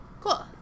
cool